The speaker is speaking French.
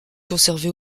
conservé